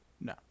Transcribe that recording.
No